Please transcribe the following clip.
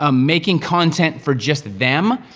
ah making content for just them,